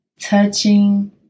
touching